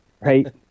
Right